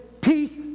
peace